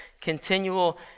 continual